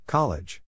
College